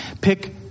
Pick